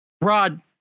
Rod